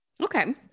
Okay